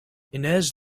ines